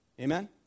Amen